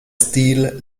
stil